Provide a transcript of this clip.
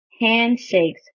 handshakes